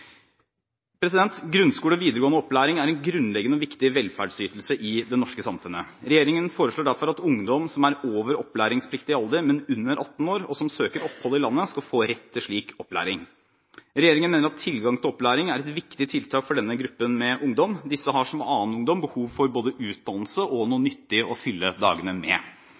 måte. Grunnskole og videregående opplæring er en grunnleggende og viktig velferdsytelse i det norske samfunnet. Regjeringen foreslår derfor at ungdom som er over opplæringspliktig alder, men under 18 år, og som søker opphold i landet, skal få rett til slik opplæring. Regjeringen mener at tilgang til opplæring er et viktig tiltak for denne gruppen med ungdom. Disse har, som annen ungdom, behov for både utdannelse og noe nyttig å fylle dagene med.